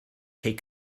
take